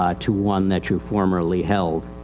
ah to one that you formerly held.